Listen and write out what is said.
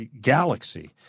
galaxy